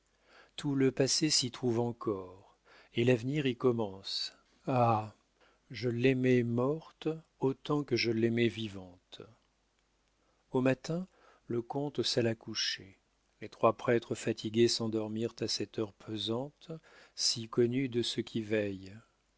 tout le passé s'y trouve encore et l'avenir y commence ah je l'aimais morte autant que je l'aimais vivante au matin le comte s'alla coucher les trois prêtres fatigués s'endormirent à cette heure pesante si connue de ceux qui veillent